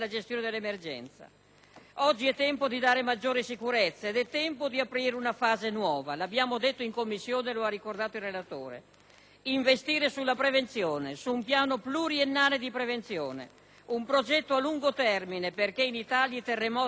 Oggi è tempo di dare maggiori sicurezze ed è tempo di aprire una fase nuova. Lo abbiamo detto in Commissione e lo ha ricordato il relatore. Bisogna investire sulla prevenzione, su un piano pluriennale di prevenzione, in un progetto a lungo termine, perché in Italia i terremoti sono ricorrenti